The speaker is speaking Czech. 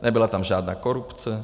Nebyla tam žádná korupce.